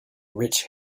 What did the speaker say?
rich